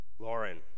Lauren